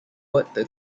worked